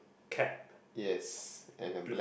cap